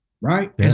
right